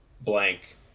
blank